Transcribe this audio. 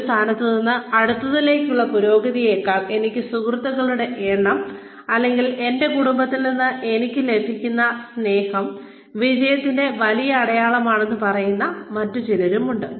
ഒരു സ്ഥാനത്ത് നിന്ന് അടുത്തതിലേക്കുള്ള പുരോഗതിയേക്കാൾ എനിക്ക് സുഹൃത്തുക്കളുടെ എണ്ണം അല്ലെങ്കിൽ എന്റെ കുടുംബത്തിൽ നിന്ന് എനിക്ക് ലഭിക്കുന്ന സ്നേഹം വിജയത്തിന്റെ വലിയ അടയാളമാണെന്ന് പറയുന്ന മറ്റു ചിലരുണ്ട്